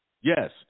Yes